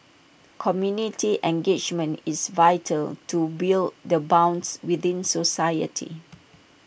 community engagement is vital to build the bonds within society